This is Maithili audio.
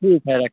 ठीक है राखू